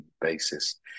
basis